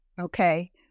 okay